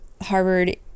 Harvard